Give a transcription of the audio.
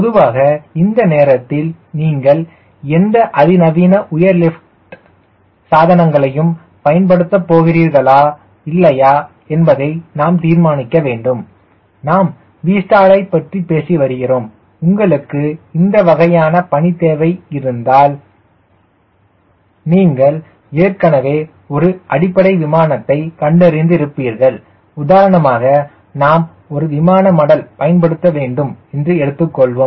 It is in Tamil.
பொதுவாக இந்த நேரத்தில் நீங்கள் எந்த அதிநவீன உயர் லிப்ட் சாதனங்களையும் பயன்படுத்தப் போகிறீர்களா இல்லையா என்பதை நாம் தீர்மானிக்க வேண்டும் நாம் Vstall ஐப் பற்றி பேசி வருகிறோம் உங்களுக்கு இந்த வகையான பணி தேவை இருந்தால் நீங்கள் ஏற்கனவே ஒரு அடிப்படை விமானத்தை கண்டறிந்து இருப்பீர்கள் உதாரணமாக நாம் ஒரு விமான மடல் பயன்படுத்த வேண்டும் என்று எடுத்துக்கொள்வோம்